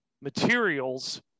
materials